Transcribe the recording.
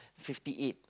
fifty eight